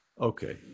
Okay